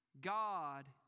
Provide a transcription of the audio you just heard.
God